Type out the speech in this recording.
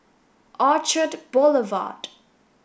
Orchard Boulevard